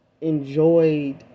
enjoyed